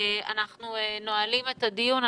אנחנו נועלים את הדיון.